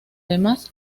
demás